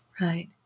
right